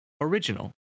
original